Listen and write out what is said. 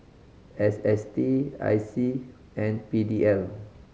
S S T I C and P D L